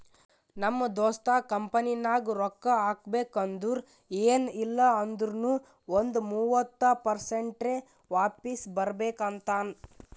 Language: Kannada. ನಮ್ ದೋಸ್ತ ಕಂಪನಿನಾಗ್ ರೊಕ್ಕಾ ಹಾಕಬೇಕ್ ಅಂದುರ್ ಎನ್ ಇಲ್ಲ ಅಂದೂರ್ನು ಒಂದ್ ಮೂವತ್ತ ಪರ್ಸೆಂಟ್ರೆ ವಾಪಿಸ್ ಬರ್ಬೇಕ ಅಂತಾನ್